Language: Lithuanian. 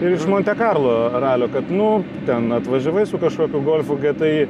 ir iš monte karlo ralio kad nu ten atvažiavai su kažkokiu golfu t i